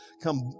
come